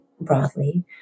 broadly